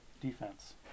defense